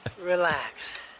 Relax